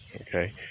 okay